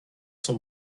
sont